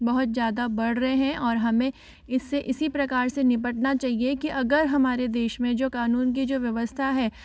बहुत ज़्यादा बढ़ रहे हैं और हमें इस्से इसी प्रकार से निपटना चहिए कि अगर हमारे देश में जो कानून की जो व्यवस्था है